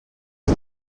que